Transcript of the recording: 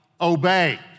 obey